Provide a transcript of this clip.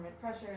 pressure